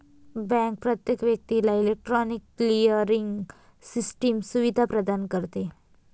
bank प्रत्येक व्यक्तीला electronic clearing system सुविधा प्रदान करते